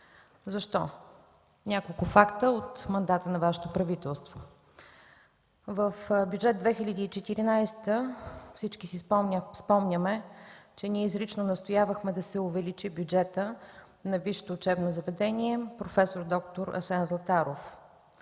Защо? Няколко факта от мандата на Вашето правителство: в Бюджет 2014 г. всички си спомняме, че ние изрично настоявахме да се увеличи бюджетът на Висшето учебно заведение „Проф. д-р Асен Златаров”.